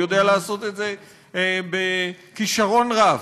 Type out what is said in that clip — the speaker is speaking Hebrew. הוא יודע לעשות את זה בכישרון רב.